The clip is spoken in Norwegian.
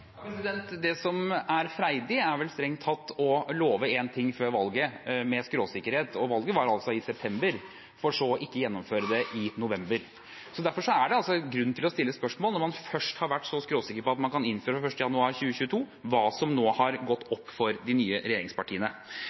Det som er freidig, er vel strengt tatt å love en ting med skråsikkerhet før valget – og valget var altså i september – for så ikke å gjennomføre det i november. Derfor er det altså grunn til å stille spørsmål om – når man først har vært så skråsikker på at man kan innføre det fra 1. januar 2022 – hva som nå har gått opp for de nye regjeringspartiene.